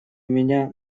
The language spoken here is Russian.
меня